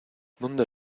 dónde